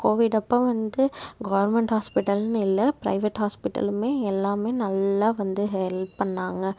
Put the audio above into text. Covid அப்போது வந்து government ஹாஸ்பிட்டல்னு இல்லை பிரைவேட் ஹாஸ்பிட்டலுமே எல்லாமே நல்லா வந்து ஹெல்ப் பண்ணாங்க